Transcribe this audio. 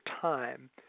time